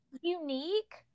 unique